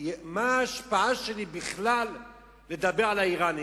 מה ההשפעה שלי בכלל בלדבר על האירנים?